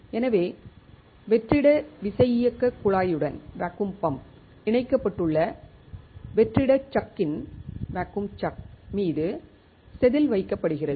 எனவே வெற்றிட விசையியக்கக் குழாயுடன் இணைக்கப்பட்டுள்ள வெற்றிட சக்கின் மீது செதில் வைக்கப்படுகிறது